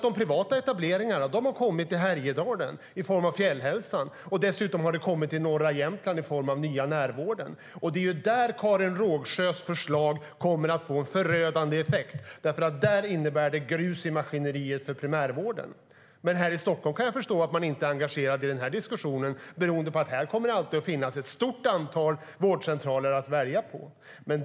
De privata etableringarna har kommit i Härjedalen i form av Fjällhälsan, och dessutom har det kommit i norra Jämtland i form av Nya Närvården. Det är där Karin Rågsjös förslag kommer att få en få en förödande effekt. Där innebär det grus i maskineriet för primärvården. Här i Stockholm kan jag förstå att man inte är engagerad i diskussionen beroende på att det här alltid kommer att finnas ett stort antal vårdcentraler att välja på.